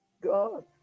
God